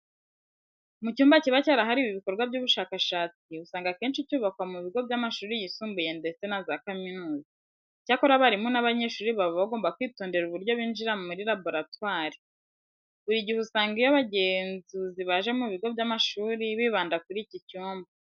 Mu cyumba kiba cyarahariwe ibikorwa by'ubushakashatsi usanga akenshi cyubakwa mu bigo by'amashuri yisumbuye ndetse na za kaminuza. Icyakora abarimu n'abanyeshuri baba bagomba kwitondera uburyo binjira muri laboratwari. Buri gihe usanga iyo abangenzuzi baje mu bigo by'amashuri bibanda kuri iki cyumba.